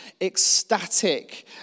ecstatic